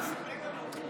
תספרי לנו.